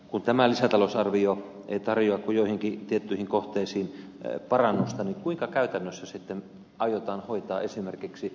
kun tämä lisätalousarvio ei tarjoa kuin joihinkin tiettyihin kohteisiin parannusta niin kuinka käytännössä sitten aiotaan hoitaa esimerkiksi savon radan tilanne